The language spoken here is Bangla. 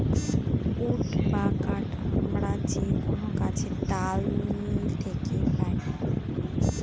উড বা কাঠ আমরা যে কোনো গাছের ডাল থাকে পাই